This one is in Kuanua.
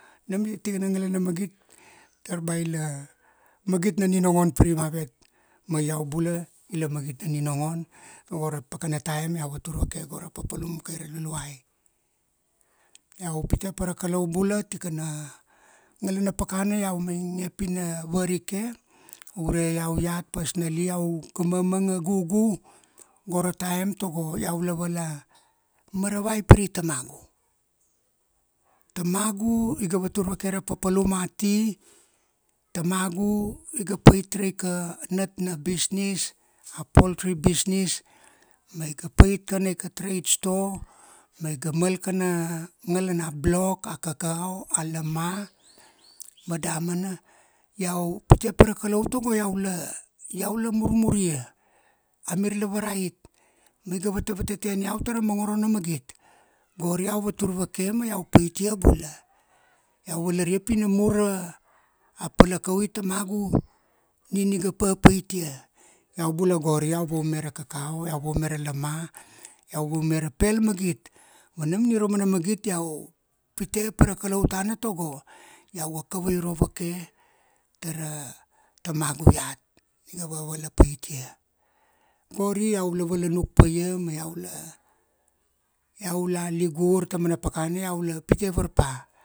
Nam ia tikana ngala na magit, dar ba ila, magit na ninongon pirai mavet, ma iau bula, ila magit na ningon tago ra pakana taim iau vatur vake go ra papalum kai ra Luluai. Iau pite pa ra Kalau bula tikana, ngalana pakana iau mainge pi na varike, ure iau iat personally iau ga mamanga gugu, go ra taim tago iau la vala maravai pire tamagu. Tamagu, iga vatur vake ra papalum ati, tamagu i ga pait raika nat na business, a poltri business, ma iga pait kanaika trade store, ma iga mal kana ngalana block, a kakau, a lama, ma damana, iau pite pa ra Kalautago iau la, iau la murmur ia. Amir la varait. Ma iga vatavateten iau tara mongoro na magit. Gori iau vatur vake ma iau paitia bula. Iau valaria pi na mur ra, a palakaui tamagu, nin iga papait ia. Iau bula gori iau vaume ra kakau, iau vaume ra lama, iau vaume ra pel magit. Ma nam ia ra mana magit iau, pite pa ra Kalau tana tago, iau ga kap vairop vake, tara tamagu iat. Iga vavala pait ia. Gori iau la vala nuk paia ma iau la, iau la ligur, taumana pakana iau la pite varpa.